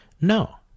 No